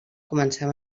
començar